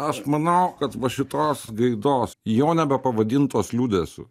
aš manau kad va šitos gaidos jo nebepavadintos liūdesiu